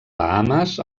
bahames